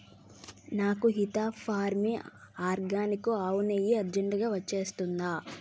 నాకు Hita farm organic ఆవు నెయ్యి అర్జెంటుగా వచ్చేస్తుందా